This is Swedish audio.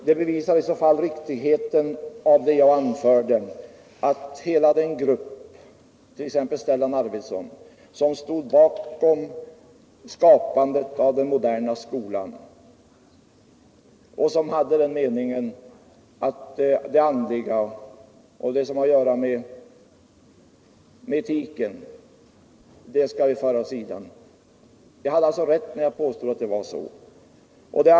Det bevisar i så fall riktigheten i det jag anförde, att hela den grupp, med bl.a. Stellan Arvidson, som stod bakom skapandet av den moderna skolan, var av den meningen att det andliga och det som har att göra med etiken skall föras åt sidan. Jag hade alltså rätt när jag påstod att det var så.